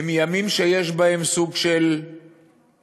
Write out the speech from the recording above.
הם ימים שיש בהם סוג של הדר,